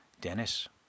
Dennis